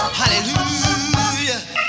hallelujah